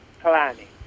planning